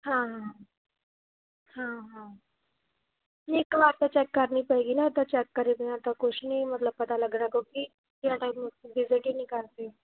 ਹਾਂ ਹਾਂ ਹਾਂ ਹਾਂ ਨਹੀਂ ਇੱਕ ਵਾਰ ਤਾਂ ਚੈੱਕ ਕਰਨੀ ਪਏਗੀ ਨਾ ਇਦਾਂ ਚੈੱਕ ਕਰੇ ਬਿਨਾਂ ਤਾਂ ਕੁਛ ਨਹੀਂ ਮਤਲਬ ਪਤਾ ਲੱਗਣਾ ਕਿਉਂਕਿ ਜਿੰਨਾਂ ਟਾਈਮ ਵਿਜਿਟ ਹੀ ਨਹੀਂ ਕਰਦੇ